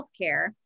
healthcare